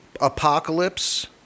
apocalypse